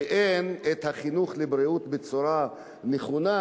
כשאין חינוך לבריאות בצורה נכונה,